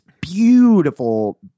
beautiful